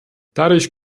dadurch